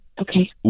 Okay